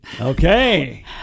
Okay